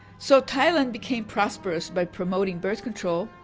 so thailand became prosperous by promoting birth control,